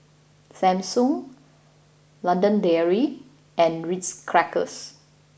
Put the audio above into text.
Samsung London Dairy and Ritz Crackers